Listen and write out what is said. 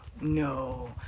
No